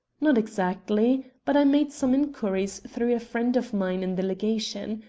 not exactly but i made some inquiries through a friend of mine in the legation.